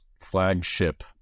flagship